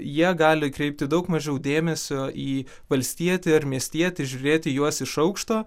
jie gali kreipti daug mažiau dėmesio į valstietį ar miestietį žiūrėti į juos iš aukšto